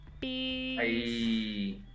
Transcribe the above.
Peace